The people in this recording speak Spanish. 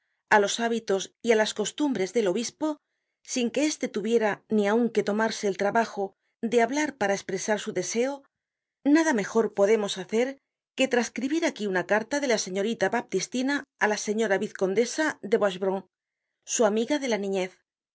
á los hábitos y á las costumbres del obispo sin que este tuviera ni aun que tomarse el trabajo de hablar para espresar su deseo nada mejor podemos hacer que trascribir aquí una carta de la señorita baptistina á la señora vizcondesa de boischevron su amiga de la niñez esta carta que